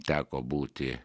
teko būti